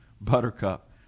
Buttercup